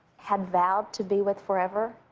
had vowed to be with forever.